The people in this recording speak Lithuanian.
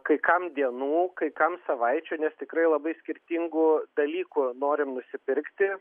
kai kam dienų kai kam savaičių nes tikrai labai skirtingų dalykų norim nusipirkti